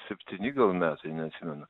septyni gal metai neatsimenu